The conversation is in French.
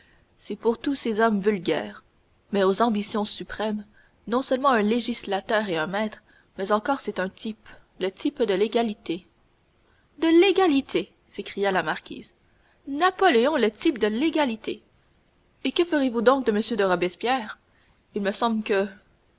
c'est pour tous ces hommes vulgaires mais aux ambitions suprêmes non seulement un législateur et un maître mais encore c'est un type le type de l'égalité de l'égalité s'écria la marquise napoléon le type de l'égalité et que ferez-vous donc de m de robespierre il me semble que